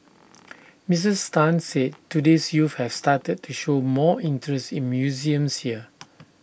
Missus Tan said today's youth have started to show more interest in museums here